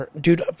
dude